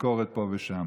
ביקורת פה ושם.